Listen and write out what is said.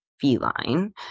feline